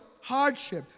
hardship